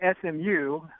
SMU